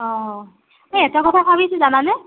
অঁ ঐ এটা কথা ভাইছোঁ জানানে